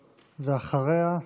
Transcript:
ואחריה,